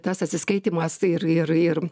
tas atsiskaitymas ir ir ir